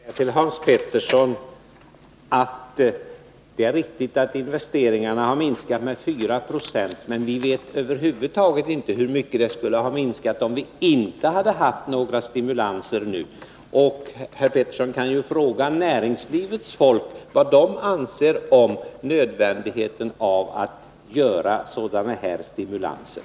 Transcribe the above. Fru talman! Det är riktigt, Hans Petersson i Hallstahammar, att investeringarna har minskat med 4 96, men vi vet inte hur mycket de skulle ha minskat om vi inte hade haft några stimulanser. Hans Petersson kan fråga näringslivets representanter vad de anser om nödvändigheten av sådana här stimulanser.